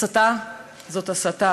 הסתה זו הסתה,